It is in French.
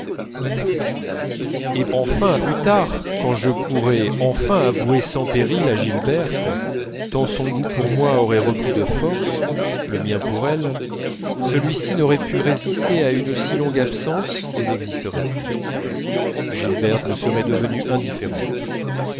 et enfin plus tard quand je pourrais enfin avouer sans péril à gilberte tant son goût pour moi aurait repris de force le mien pour elle celui-ci n'aurait pu résister à une si longue absence et n'existerait plus gilberte me serait devenue indifférente